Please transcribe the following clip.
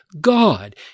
God